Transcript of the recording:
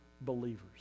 believers